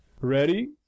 Ready